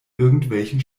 irgendwelchen